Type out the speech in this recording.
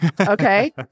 okay